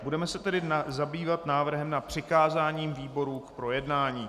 Budeme se tedy zabývat návrhem na přikázání výborům k projednání.